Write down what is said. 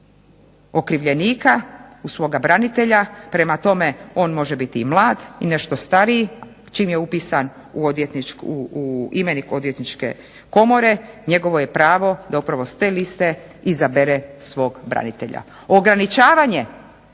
okrivljenika, svog branitelja prema tome, on može biti i mlad i nešto stariji čim je upisan u imenik Odvjetničke komore njegovo je pravo da upravo s te liste izabere svog branitelja. Ograničavanje